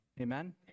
amen